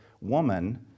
woman